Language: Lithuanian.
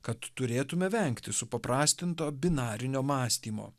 kad turėtume vengti supaprastinto binarinio mąstymo